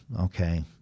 okay